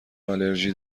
آلرژی